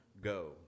go